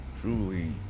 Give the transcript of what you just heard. truly